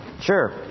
Sure